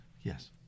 Yes